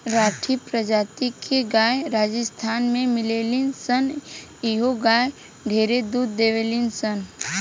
राठी प्रजाति के गाय राजस्थान में मिलेली सन इहो गाय ढेरे दूध देवेली सन